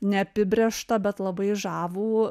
neapibrėžtą bet labai žavų